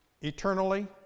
Eternally